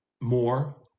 more